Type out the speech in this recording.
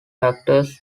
factors